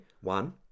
one